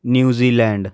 New Zealand